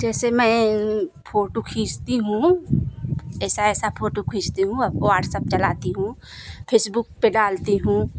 जैसे मैं फ़ोटो खींचती हूँ ऐसा ऐसा फ़ोटो खींचती हूँ अप व्हाट्सअप चलाती हूँ फेसबुक पर डालती हूँ